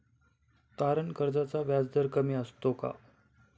तारण कर्जाचा व्याजदर कमी असतो का?